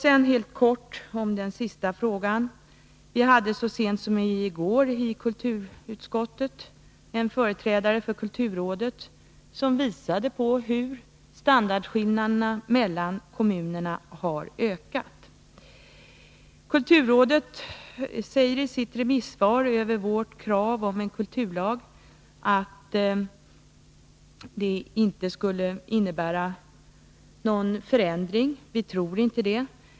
Sedan helt kort om den sista frågan: Vi hade så sent som i går i kulturutskottet en företrädare för kulturrådet som visade hur standardskillnaderna mellan kommunerna har ökat. Kulturrådet säger i sitt remissyttrande över vårt krav på en kulturlag att en sådan inte skulle innebära någon förändring. Vi tror inte det.